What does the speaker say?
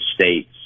state's